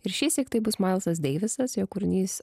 ir šįsyk tai bus maltas deivisas jo kūrinys